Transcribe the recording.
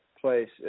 place